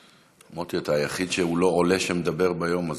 מוטי, אתה היחיד שהוא לא עולה שמדבר ביום הזה,